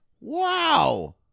wow